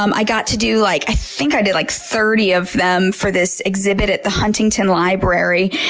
um i got to do like, i think i did like thirty of them for this exhibit at the huntington library.